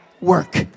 work